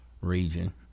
region